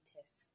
tests